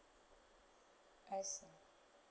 I see